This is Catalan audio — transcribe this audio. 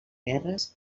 guerres